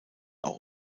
auch